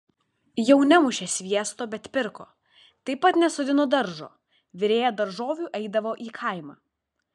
jau nemušė sviesto bet pirko taip pat nesodino daržo virėja daržovių eidavo į kaimą